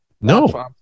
No